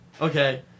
Okay